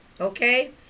Okay